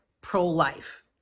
pro-life